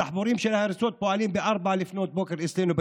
הדחפורים של ההריסות פועלים ב-04:00 אצלנו,